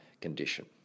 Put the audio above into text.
condition